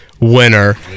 Winner